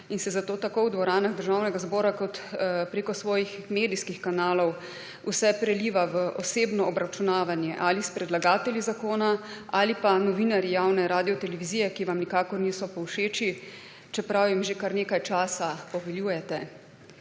in se zato tako v dvoranah Državnega zbora kot prek svojih medijskih kanalov vse preliva v osebno obračunavanje s predlagatelji zakona ali pa novinarji javne Radiotelevizije, ki vam nikakor niso povšeči, čeprav jim že kar nekaj časa poveljujete.